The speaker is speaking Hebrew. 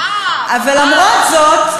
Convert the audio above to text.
אבל למרות זאת,